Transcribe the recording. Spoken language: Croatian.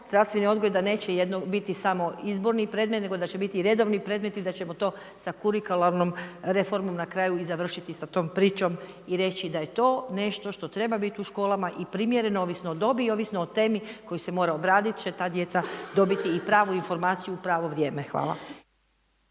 zdravstveni odgoj da neće jedno biti samo izborni predmet, nego da će biti i redovni predmet i da ćemo to sa karikiranom reformom na kraju i završiti sa tom pričom i reći da je to nešto što treba biti u školama i primjereno ovisno o dobi i ovisno o temi koju se mora obraditi će ta djeca dobiti i pravu informaciju u pravo vrijeme. Hvala.